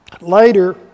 Later